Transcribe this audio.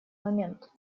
момент